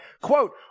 quote